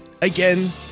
again